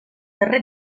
darrer